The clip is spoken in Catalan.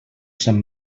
sant